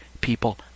people